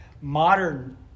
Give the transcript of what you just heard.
modern